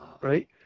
Right